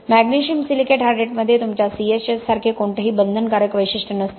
magnesium silicate हायड्रेटमध्ये तुमच्या C S H सारखे कोणतेही बंधनकारक वैशिष्ट्य नसतात